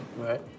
right